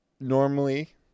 normally